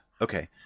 Okay